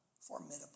formidable